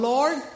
Lord